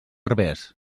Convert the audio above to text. herbers